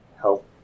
help